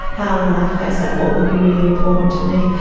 how would i face that, what would be really important to me,